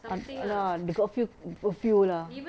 ah ah lah they got a few a few lah